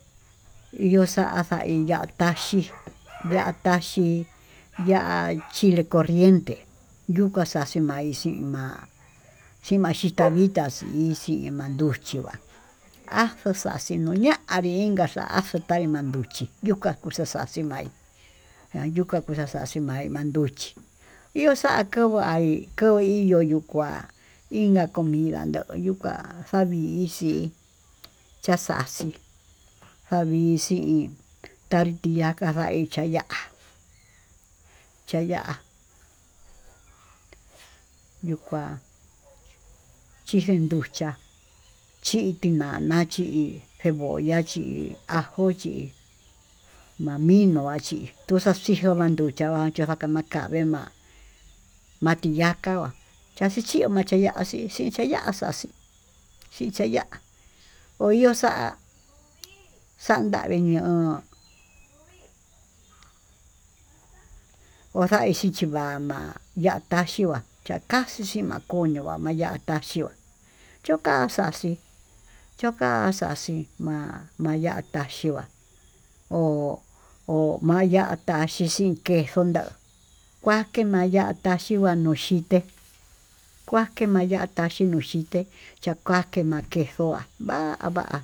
Yuxa'a xaiya taxhii ya'á taxhi ya'á chile corriente yuka xhaxi maixi ma'a, chi maxita ditá xixi manduchi va'a ha xuxaxhi noña'a avinka xa'a xotá manduchí yika kuxa xa'a xaxi maí ña' yuka xaxhí ma'í naduchi iho xa'a kava'a va'í koi yoyuukua inka comida niuu yuu ka'á avixhí, chaxaxi kovixhi hí tortilla kada icha'a ya'á chaya yuu kuá chichen nduchiá chi tinana chí cebolla chí ajo yii nomino achí, tuxaxhixo manduchá yo'ó akuchamakave ma'á makiya kava'á chachi chiuu makayachí ichí chaya'a chaxi chichaya'á oyoxa'a xandavii ño'o, oxai xhichí mana'a yata xhua kaxhixi makoño mayataxió chioka xhaxi, ñoka xaxii ma'a maya taxhiuá ho ho maya taxhii chin xhiin queso ha kuake maya'a tá chikuan nuu xhité kua ke maya'a taxhi noxhité choma kema'a queso va'á va'á.